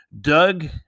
Doug